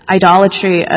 idolatry